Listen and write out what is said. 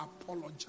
apologize